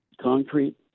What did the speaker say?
concrete